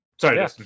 Sorry